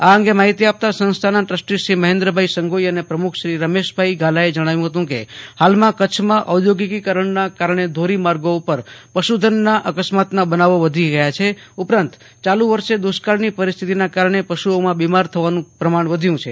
આ અંગે માહિતી આપતા સંસ્થાના ટ્રસ્ટી શ્રી મહેન્દ્રભાઈ સંગોઈ અને પ્રમુખ શ્રી રમેશભાઈ ગાલાએ જણાવ્યું હતું કે હાલમાં કચ્છમાં ઔદ્યોગિકરણના કારણે ધોરી માર્ગો પર પશુધનના અકસ્માતના બનાવો વધી ગયા છે ઉપરાંત ચાલુ વર્ષે દ્વષ્કાળની પરિસ્થિતિના કારણે પશુઓમાં બિમાર થવાનું પ્રમાણ વધ્યું છે